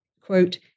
quote